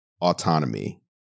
autonomy